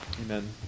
Amen